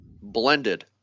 Blended